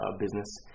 business